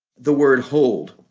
the word hold.